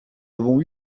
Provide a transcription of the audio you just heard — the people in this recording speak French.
avons